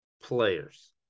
players